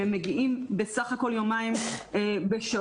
הם מגיעים בסך הכול יומיים בשבוע,